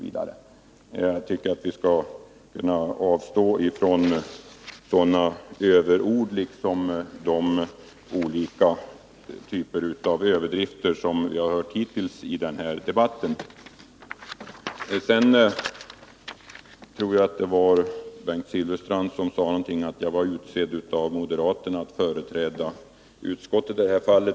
Jag tycker att man borde avstå från sådana överord liksom från de olika typer av överdrifter som hittills framförts i denna debatt. Jag tror att det var Bengt Silfverstrand som sade att jag var utsedd av moderaterna att företräda utskottet i denna fråga.